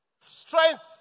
strength